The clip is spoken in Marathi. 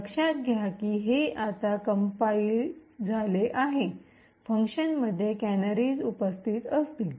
लक्षात घ्या की हे आता कम्पाइल झाले आहे फंक्शनमध्ये कॅनरीज उपस्थित असतील